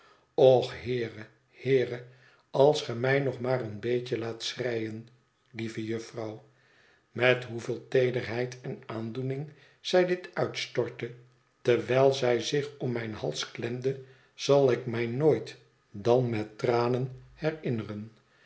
och heere heere als ge mij nog maar een beetje laat schreien lieve jufvrouw met hoeveel teederheid en aandoening zij dit uitstortte terwijl zij zich om mijn hals klemde zal ik mij nooit dan met tranen herinneren